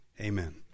amen